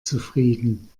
zufrieden